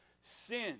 sin